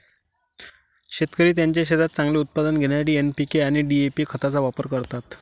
शेतकरी त्यांच्या शेतात चांगले उत्पादन घेण्यासाठी एन.पी.के आणि डी.ए.पी खतांचा वापर करतात